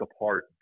apart